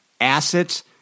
assets